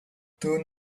turn